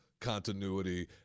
continuity